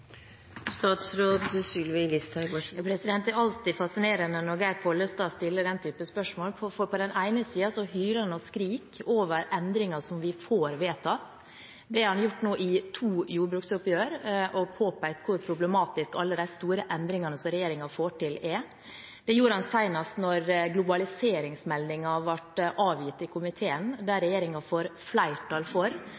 Det er alltid fascinerende når Geir Pollestad stiller den typen spørsmål, for han hyler og skriker over endringer som vi får vedtatt. Det har han gjort nå i to jordbruksoppgjør og påpekt hvor problematisk alle de store endringene som regjeringen får til, er. Det gjorde han senest da innstillingen til globaliseringsmeldingen ble avgitt av komiteen, der regjeringen får flertall for